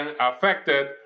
affected